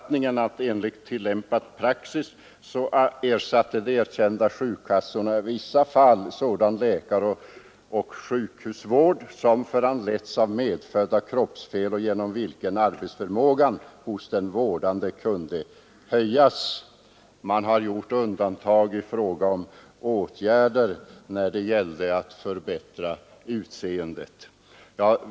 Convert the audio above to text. Socialvårdskommittén har kommit till den uppfattningen att de erkända sjukkassorna i vissa fall ersatte sådan läkarvård som föranleddes av medfödda kroppsfel och genom vilken arbetsförmågan hos den vårdade kunde höjas, dock inte åtgärder vilka helt eller huvudsakligen var betingade av önskan att förbättra utseendet.